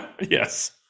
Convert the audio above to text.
yes